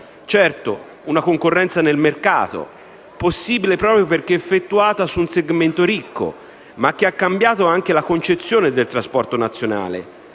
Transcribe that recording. Certo, una concorrenza nel mercato, possibile proprio perché effettuata su un segmento ricco, ma che ha cambiato anche la concezione del trasporto nazionale,